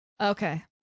Okay